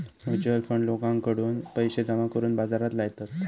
mutual fund लोकांकडून पैशे जमा करून बाजारात लायतत